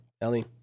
Ellie